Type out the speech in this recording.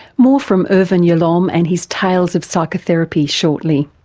more from irvin yalom and his tales of psychotherapy shortly.